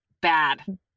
Bad